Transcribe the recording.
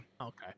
Okay